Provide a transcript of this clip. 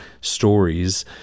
stories